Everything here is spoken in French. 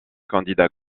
candidat